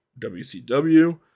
WCW